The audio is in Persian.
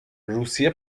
روسیه